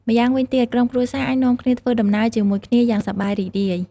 ម្យ៉ាងវិញទៀត ក្រុមគ្រួសារអាចនាំគ្នាធ្វើដំណើរជាមួយគ្នាយ៉ាងសប្បាយរីករាយ។